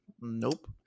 Nope